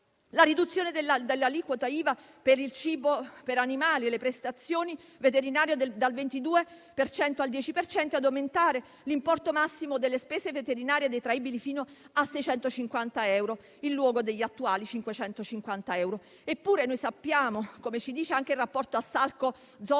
la riduzione dell'aliquota IVA sul cibo per gli animali e sulle prestazioni veterinarie dal 22 al 10 per cento e di aumentare l'importo massimo delle spese veterinarie detraibili fino a 650 euro, in luogo degli attuali 550. Eppure, noi sappiamo - come ci dice anche il rapporto Assalco-Zoomark